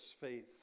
faith